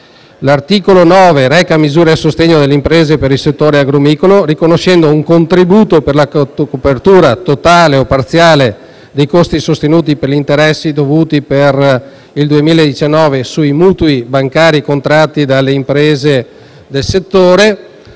L'articolo 9 reca misure a sostegno delle imprese del settore agrumicolo, riconoscendo un contributo per la copertura, totale o parziale, dei costi sostenuti per gli interessi dovuti per il 2019 sui mutui bancari contratti dalle imprese del settore.